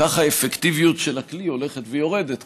ככה האפקטיביות של הכלי הולכת ויורדת,